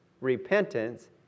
repentance